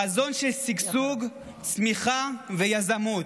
חזון של שגשוג, צמיחה ויזמות,